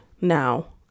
now